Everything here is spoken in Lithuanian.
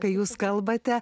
kai jūs kalbate